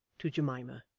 to jemima.